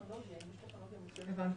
הבנתי.